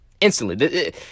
instantly